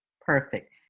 Perfect